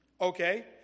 okay